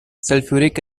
sulfuric